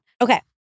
Okay